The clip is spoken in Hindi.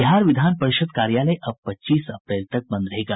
बिहार विधान परिषद कार्यालय अब पच्चीस अप्रैल तक बंद रहेगा